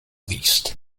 least